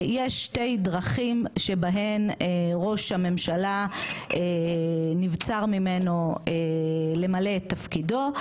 יש שתי דרכים שבהן ראש הממשלה נבצר ממנו למלא את תפקידו,